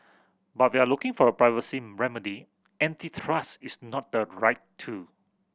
but we are looking for a privacy remedy antitrust is not the right tool